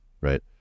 right